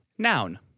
noun